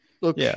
Look